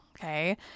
okay